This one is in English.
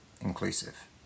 inclusive